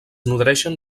nodreixen